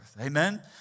Amen